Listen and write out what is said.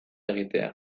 egitea